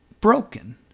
broken